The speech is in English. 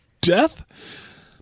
death